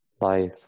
life